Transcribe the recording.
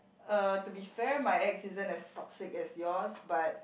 (uh)to be fair my ex isn't as toxic as yours but